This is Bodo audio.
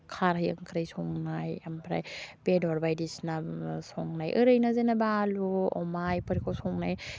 खारै ओंख्रै संनाय ओमफ्राय बेदर बायदिसिना संनाय ओरैनो जेनेबा आलु अमा बेफोरखौ संनाय